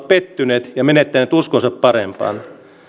pettyneet ja menettäneet uskonsa parempaan